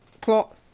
plot